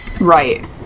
Right